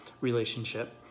relationship